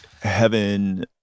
heaven